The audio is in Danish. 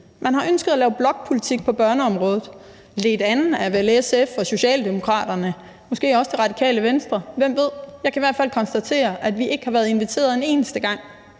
Man har ønsket at lave blokpolitik på børneområdet, vel ført an af SF og Socialdemokraterne og måske også Det Radikale Venstre – hvem ved. Jeg kan i hvert fald konstatere, at vi ikke har været inviteret en eneste gang,